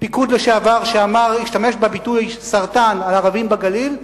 פיקוד לשעבר השתמש בביטוי "סרטן" על ערבים בגליל,